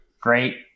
great